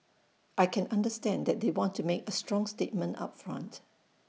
I can understand that they want to make A strong statement up front